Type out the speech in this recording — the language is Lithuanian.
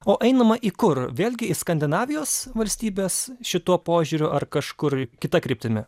o einama į kur vėlgi į skandinavijos valstybes šituo požiūriu ar kažkur kita kryptimi